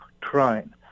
trying